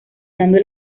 dando